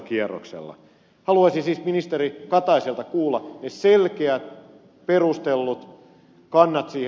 haluaisin siis ministeri kataiselta kuulla ne selkeät perustellut kannat